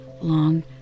long